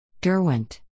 Derwent